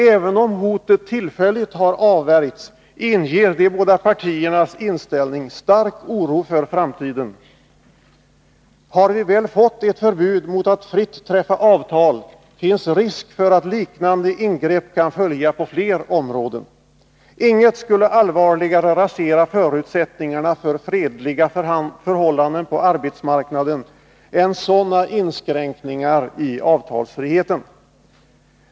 Även om hotet tillfälligt har avvärjts inger de båda partiernas inställning stark oro för framtiden. Har vi väl fått ett förbud mot att fritt träffa avtal finns risk för att liknande ingrepp kan följa på flera områden. Inget skulle allvarligare rasera förutsättningarna för fredliga förhållanden på arbetsmarknaden än sådana inskränkningar i avtalsfriheten.